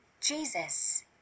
Jesus